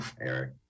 Eric